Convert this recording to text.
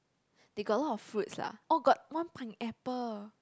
they got a lot of fruits lah orh got one pineapple